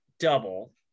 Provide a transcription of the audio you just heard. Double